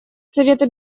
совета